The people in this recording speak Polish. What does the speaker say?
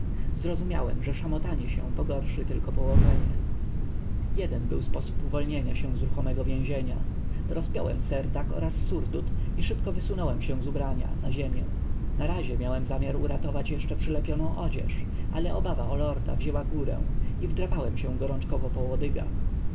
zrozumiałem że szamotanie się pogorszy tylko położenie jeden był sposób uwolnienia się z ruchomego więzienia rozpiąłem serdak oraz surdut i szybko wysunąłem się z ubrania na ziemię narazie miałem zamiar uratować jeszcze przylepioną odzież ale obawa o lorda wzięła górę i wdrapałem się gorączkowo po łodygach